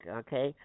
okay